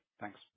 Thanks